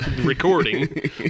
recording